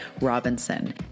Robinson